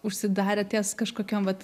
užsidarę ties kažkokiom vat